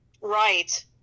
Right